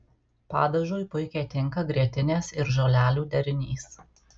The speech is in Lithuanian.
padažui puikiai tinka grietinės ir žolelių derinys